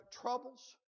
troubles